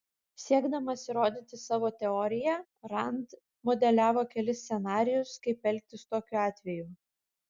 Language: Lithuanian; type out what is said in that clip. siekdamas įrodyti savo teoriją rand modeliavo kelis scenarijus kaip elgtis tokiu atveju